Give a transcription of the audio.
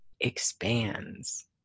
expands